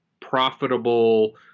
profitable